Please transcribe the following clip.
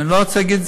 אני לא רוצה להגיד,